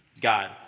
God